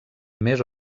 més